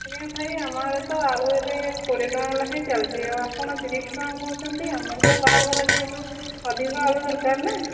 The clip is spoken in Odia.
ଆଜ୍ଞା ଭାଇ ଆମ ଆଡ଼େ ତ ଆଳୁ ଏବେ କୋଡ଼ିଏ ଟଙ୍କା ଲେଖାଏଁ ଚାଲିଛି ଆଉ ଆପଣ ତିରିଶ ଟଙ୍କା କହୁଛନ୍ତି ଆମର ତ ବାହାଘର ଯେହେତୁ ଅଧିକ ଆଳୁ ଦରକାର ନା